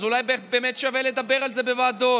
אולי באמת שווה לדבר על זה בוועדות.